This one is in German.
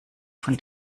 von